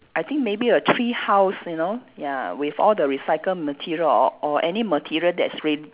I think maybe a tree house you know ya with all the recycle material or or any material that's re~